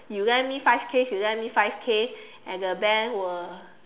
you lend me five K she lend me five K and the bank will